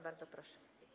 Bardzo proszę.